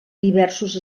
diversos